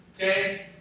Okay